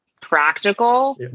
practical